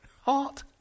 Hot